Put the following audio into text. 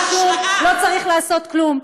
כל זמן שלא הוגש כתב אישום, לא צריך לעשות כלום.